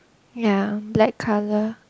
ya black colour